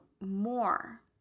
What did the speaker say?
more